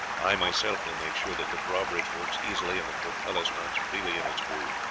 i myself will make sure that the drawbridge works easily and the portcullis runs freely in its groove.